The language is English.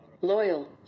loyal